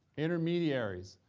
intermediaries.